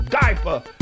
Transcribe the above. diaper